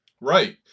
right